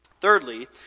Thirdly